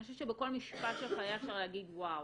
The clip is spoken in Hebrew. חושבת שבכל משפט שלך היה אפשר להגיד וואו.